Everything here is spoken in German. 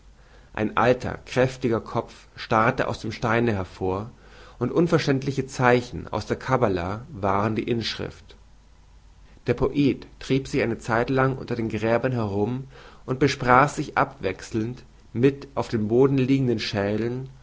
ein alter kräftiger kopf starrte aus dem steine hervor und unverständliche zeichen aus der kabbala waren die inschrift der poet trieb sich eine zeitlang unter den gräbern herum und besprach sich abwechselnd mit auf dem boden liegenden schädeln